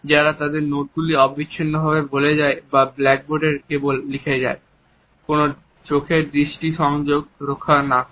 যারা তাদের নোটগুলি অবিচ্ছিন্নভাবে বলে যায় বা ব্ল্যাকবোর্ডের কেবল লিখে যায় কোন চোখের দৃষ্টি সংযোগ রক্ষা না করে